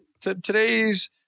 Today's-